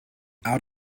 out